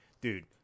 Dude